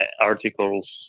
articles